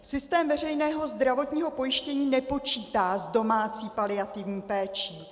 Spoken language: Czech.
Systém veřejného zdravotního pojištění nepočítá s domácí paliativní péčí.